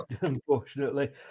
unfortunately